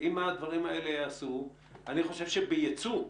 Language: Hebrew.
אם הדברים האלה ייעשו, אני חושב שבייצוא,